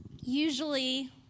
Usually